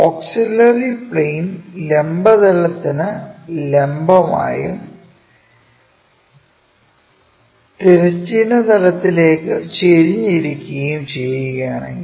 auxiliary plane ലംബ തലത്തിനു ലംബമായും തിരശ്ചീന തലത്തിലേക്കു ചെരിഞ്ഞു ഇരിക്കുകയും ചെയ്യുകയാണെങ്കിൽ